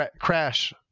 crash